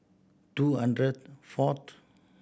two hundred fourth